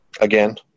Again